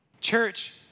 Church